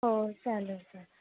हो चालेल चाल